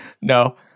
No